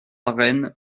rennes